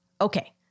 Okay